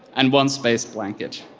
and one space blanket.